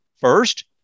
First